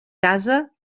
casa